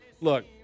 look